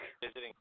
visiting